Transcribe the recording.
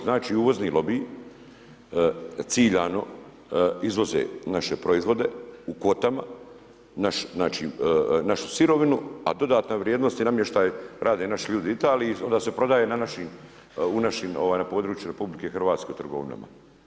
Znači uvozni lobiji ciljano izvoze naše proizvode u kvotama, naš znači, našu sirovinu a dodatna vrijednost je namještaj rade naši ljudi u Italiji i onda se prodaje na našim na području RH u trgovinama.